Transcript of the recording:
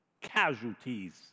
casualties